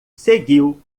seguiu